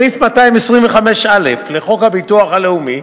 סעיף 225א לחוק הביטוח הלאומי